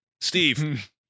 Steve